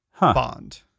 Bond